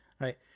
Right